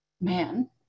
Man